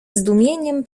zdumieniem